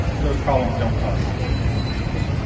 those problems don't cause significant issues.